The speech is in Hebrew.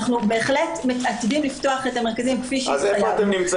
אנחנו בהחלט מתעתדים לפתוח את המרכזים כפי שהתחייבנו,